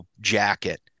jacket